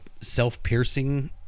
self-piercing